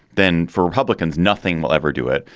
then for republicans, nothing will ever do it.